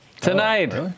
Tonight